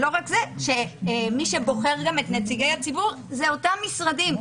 גם מי שבוחר את נציגי הציבור זה אותם משרדים.